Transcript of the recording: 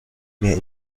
mehr